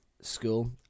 school